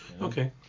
Okay